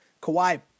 Kawhi